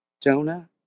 Jonah